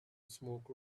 smoke